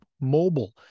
Mobile